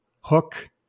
hook